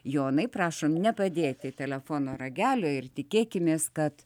jonai prašom nepadėti telefono ragelio ir tikėkimės kad